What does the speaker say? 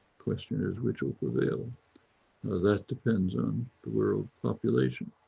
question is which will prevail. now that depends on the world population.